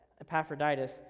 Epaphroditus